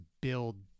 build